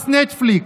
מס נטפליקס,